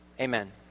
amen